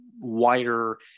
wider